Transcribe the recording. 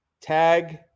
tag